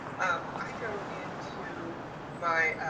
i go into my,